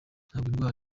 ntabwo